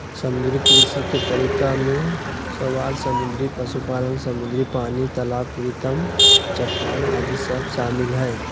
समुद्री कृषि के तरीका में शैवाल समुद्री पशुपालन, समुद्री पानी, तलाब कृत्रिम चट्टान आदि सब शामिल हइ